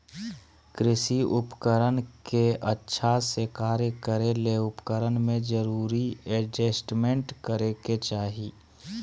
कृषि उपकरण के अच्छा से कार्य करै ले उपकरण में जरूरी एडजस्टमेंट करै के चाही